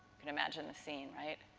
can imagine the scene. right?